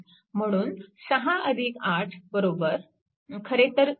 म्हणून 6 8 बरोबर खरेतर 14Ω